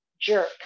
jerk